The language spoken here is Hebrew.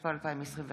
התשפ"א 2021,